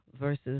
versus